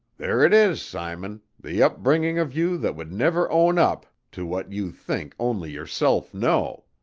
there it is, simon the upbringing of you that would never own up to what you think only yourself know.